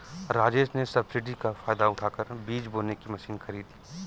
राजेश ने सब्सिडी का फायदा उठाकर बीज बोने की मशीन खरीदी